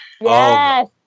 Yes